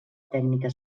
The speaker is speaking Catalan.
tècnica